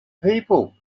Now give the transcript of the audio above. people